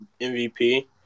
MVP